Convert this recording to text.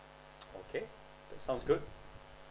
okay that sounds good